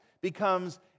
becomes